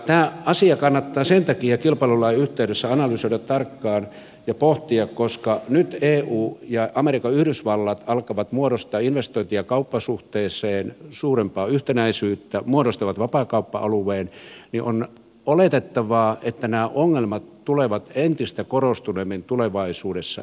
tämä asia kannattaa sen takia kilpailulain yhteydessä analysoida tarkkaan ja pohtia koska nyt eu ja amerikan yhdysvallat alkavat muodostaa investointia kauppasuhteeseen suurempaa yhtenäisyyttä muodostavat vapaakauppa alueen niin on oletettavaa että nämä ongelmat tulevat entistä korostuneemmin tulevaisuudessa esille